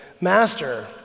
Master